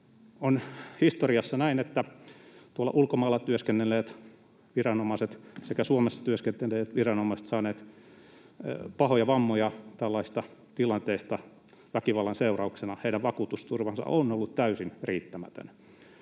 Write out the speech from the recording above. On historiassa näin, että ulkomailla työskennelleet viranomaiset sekä Suomessa työskennelleet viranomaiset ovat saaneet pahoja vammoja tällaisista tilanteista väkivallan seurauksena, ja heidän vakuutusturvansa on ollut täysin riittämätön.